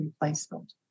replacement